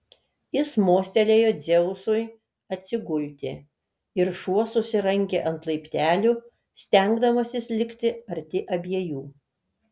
jis mostelėjo dzeusui atsigulti ir šuo susirangė ant laiptelių stengdamasis likti arti abiejų